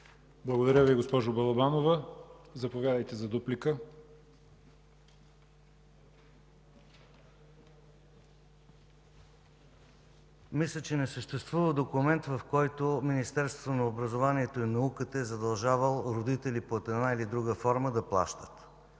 Благодаря Ви, госпожо Балабанова. Заповядайте за дуплика. МИНИСТЪР ТОДОР ТАНЕВ: Мисля, че не съществува документ, в който Министерството на образованието и науката е задължавало родители, под една или друга форма, да плащат.